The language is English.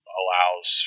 allows